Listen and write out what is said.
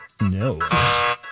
No